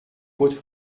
côtes